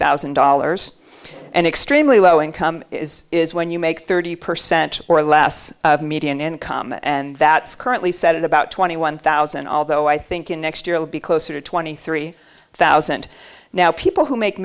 thousand dollars and extremely low income is when you make thirty percent or less of median income and that's currently set at about twenty one thousand although i think in next year it would be closer to twenty three thousand now people who make